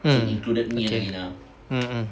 mm okay mm mm